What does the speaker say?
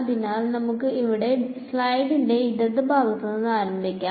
അതിനാൽ നമുക്ക് ഇവിടെ സ്ലൈഡിന്റെ ഇടത് ഭാഗത്ത് നിന്ന് ആരംഭിക്കാം